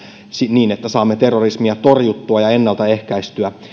niin että saamme terrorismia torjuttua ja ennalta ehkäistyä